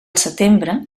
setembre